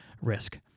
risk